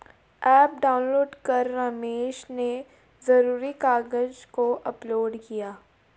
app download कर रमेश ने ज़रूरी कागज़ को अपलोड किया